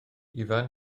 ifan